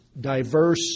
diverse